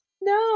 No